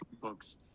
books